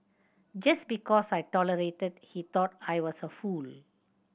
just because I tolerated he thought I was a fool